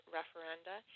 referenda